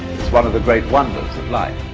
it's one of the great wonders of life.